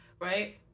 right